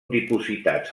dipositats